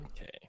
okay